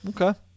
Okay